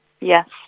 yes